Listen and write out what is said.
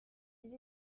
les